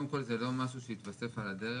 קודם כל זה לא משהו שהתווסף על הדרך,